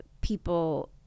people